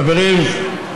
חברים,